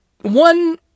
one